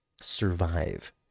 survive